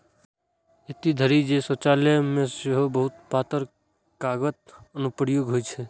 एतय धरि जे शौचालय मे सेहो बहुत पातर कागतक अनुप्रयोग होइ छै